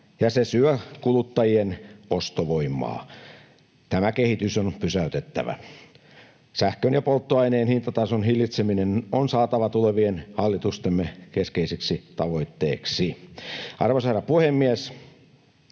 ja se syö kuluttajien ostovoimaa. Tämä kehitys on pysäytettävä. Sähkön ja polttoaineen hintatason hillitseminen on saatava tulevien hallitustemme keskeiseksi tavoitteeksi. Arvoisa herra